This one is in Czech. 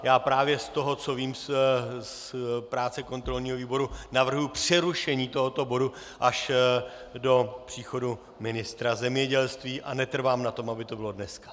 A já právě z toho, co vím z práce kontrolního výboru, navrhuji přerušení tohoto bodu až do příchodu ministra zemědělství a netrvám na tom, aby to bylo dneska.